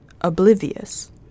oblivious